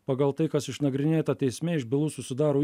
pagal tai kas išnagrinėta teisme iš bylų susidaro